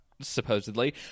supposedly